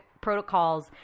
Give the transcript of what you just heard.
protocols